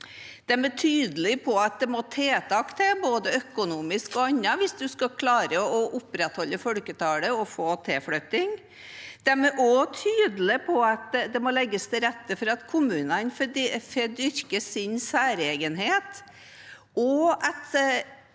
De er tydelige på at det må tiltak til, både økonomiske og andre typer tiltak, hvis vi skal klare å opprettholde folketallet og få tilflytting. De er også tydelige på at det må legges til rette for at kommunene skal få dyrke sin særegenhet,